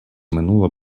минуло